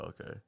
Okay